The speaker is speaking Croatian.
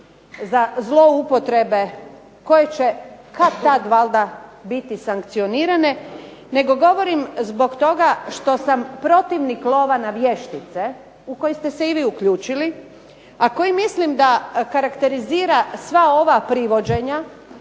za zloupotrebe koje će kad-tad valjda biti sankcionirane, nego govorim zbog toga što sam protivnik lova na vještice u koji ste se i vi uključili, a koji mislim da karakterizira sva ova privođenja